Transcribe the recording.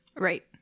right